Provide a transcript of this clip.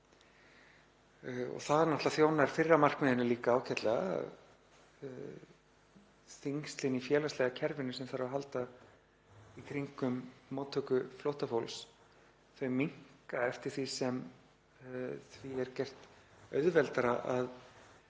Það þjónar náttúrlega fyrra markmiðinu líka ágætlega; þyngslin í félagslega kerfinu, sem þarf að halda í kringum móttöku flóttafólks, minnka eftir því sem fólki er gert auðveldara að